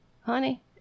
Honey